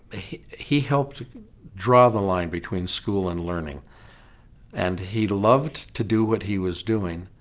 he helped draw the line between school and learning and he'd loved to do what he was doing